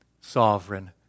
sovereign